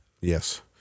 Yes